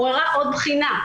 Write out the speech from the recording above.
עוררה עוד בחינה,